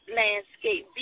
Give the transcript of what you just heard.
landscape